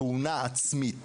תאונה עצמית.